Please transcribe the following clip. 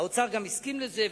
האוצר גם הסכים לזה,